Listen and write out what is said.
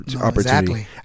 opportunity